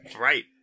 Right